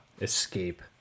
escape